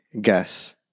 guess